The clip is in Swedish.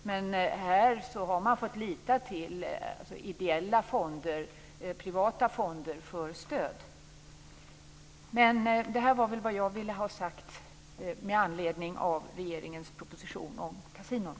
Men här har man fått lita till ideella och privata fonder för stöd. Det här var vad jag ville ha sagt med anledning av regeringens proposition om kasinon.